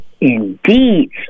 indeed